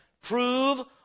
prove